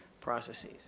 processes